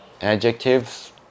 adjectives